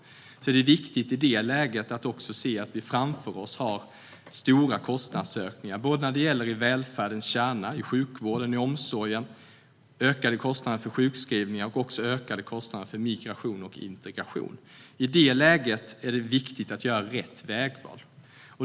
Det är i det läget viktigt att se att vi framför oss har stora kostnadsökningar i välfärdens kärna, i sjukvården och i omsorgen. Vi har ökade kostnader för sjukskrivningar och också ökade kostnader för migration och integration. I det läget är det viktigt att göra rätt vägval.